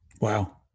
Wow